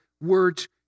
words